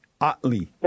Otley